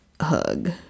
hug